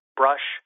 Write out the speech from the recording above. brush